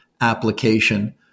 application